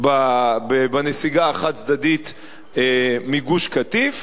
בנסיגה החד-צדדית מגוש-קטיף.